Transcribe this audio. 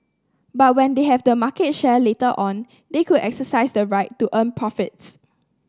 but when they have the market share later on they could exercise the right to earn profits